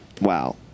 Wow